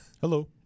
Hello